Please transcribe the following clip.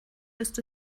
ist